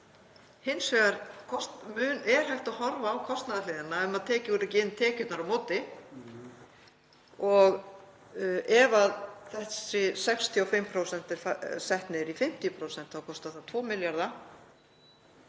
Hins vegar er hægt að horfa á kostnaðarhliðina ef maður tekur ekki tekjurnar inn á móti og ef þessi 65% eru sett niður í 50% þá kostar það 2 milljarða.